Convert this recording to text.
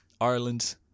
Ireland